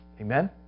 Amen